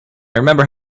remember